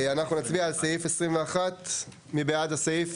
אנחנו נצביע על סעיף 21. מי בעד הסעיף?